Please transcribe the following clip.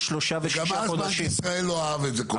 גם אז בנק ישראל לא אהב את זה כל כך.